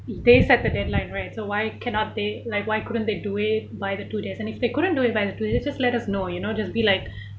they set the deadline right so why cannot they like why couldn't they do it by the two days and if they couldn't do it by the two days just let just let us know you know just be like